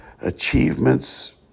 achievements